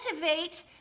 cultivate